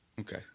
Okay